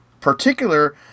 particular